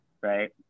Right